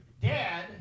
Dad